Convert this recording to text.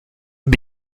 and